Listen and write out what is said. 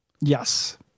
yes